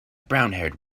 brownhaired